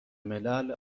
ملل